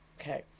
Okay